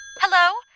Hello